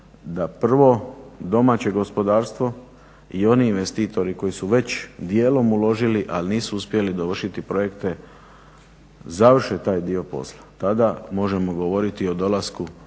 da prvo domaće gospodarstvo i oni investitori koji su već dijelom uložili, ali nisu uspjeli dovršiti projekte završe taj dio posla. Tada možemo govoriti o dolasku